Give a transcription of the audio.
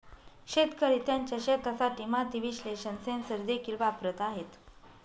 शेतकरी त्यांच्या शेतासाठी माती विश्लेषण सेन्सर देखील वापरत आहेत